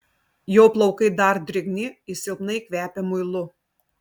jo plaukai dar drėgni jis silpnai kvepia muilu